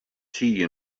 tea